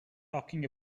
talking